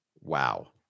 Wow